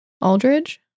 Aldridge